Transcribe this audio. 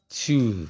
two